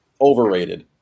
Overrated